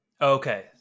Okay